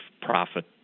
profit